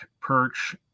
perch